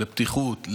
לפתיחות,